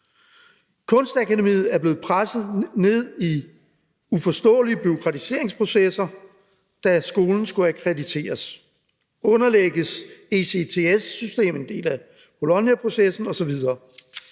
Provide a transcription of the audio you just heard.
Kunstakademiet er blevet presset ned i uforståelige bureaukratiseringsprocesser, da skolen skulle akkrediteres, underlægges ECTS-systemet – en del af Bolognaprocessen osv.